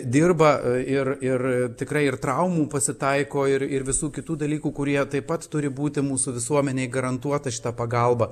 dirba ir ir tikrai ir traumų pasitaiko ir ir visų kitų dalykų kurie taip pat turi būti mūsų visuomenei garantuota šita pagalba